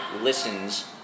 listens